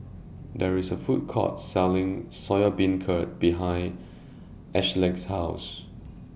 There IS A Food Court Selling Soya Beancurd behind Ashleigh's House